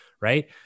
right